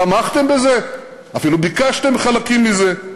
תמכתם בזה, אפילו ביקשתם חלקים מזה.